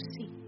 see